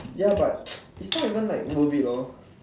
ya but it's not even like worth it lor